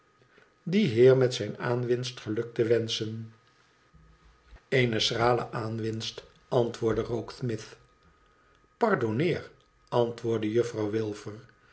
dien heer met zijne aanwinst geluk te wenschen ene schrale aanwinst antwoordde rokesmith tpardonneer antwoordde juffrouw